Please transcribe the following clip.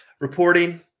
reporting